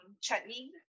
chutney